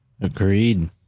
agreed